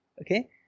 Okay